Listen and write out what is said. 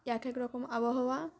এক এক রকম আবহাওয়া